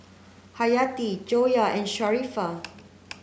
Hayati Joyah and Sharifah